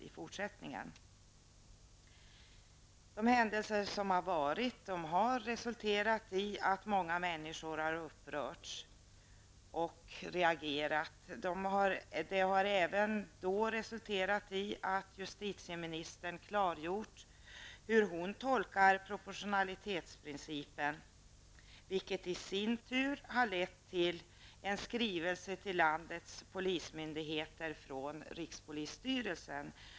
De händelser som förekommit har resulterat i att många människor har upprörts och reagerat. De har även resulterat i att justitieministern klargjort hur hon tolkar proportionalitetsprincipen, vilket i sin tur har lett till en skrivelse till landets polismyndigheter från rikspolisstyrelsen.